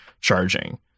charging